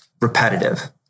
repetitive